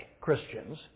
Christians